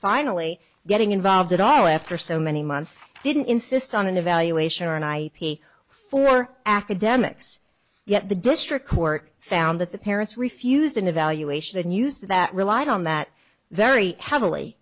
finally getting involved at all after so many months didn't insist on an evaluation and i pay for academics yet the district court found that the parents refused an evaluation and use that relied on that very heavily